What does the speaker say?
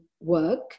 work